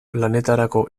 lanetarako